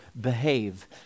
behave